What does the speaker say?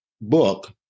book